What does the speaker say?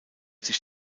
sich